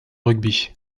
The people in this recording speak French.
rugby